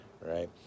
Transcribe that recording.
right